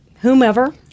whomever